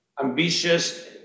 ambitious